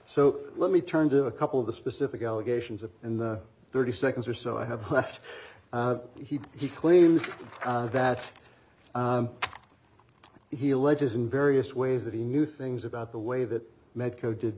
so let me turn to a couple of the specific allegations of in the thirty seconds or so i have left he he claims that he alleges in various ways that he knew things about the way that medco did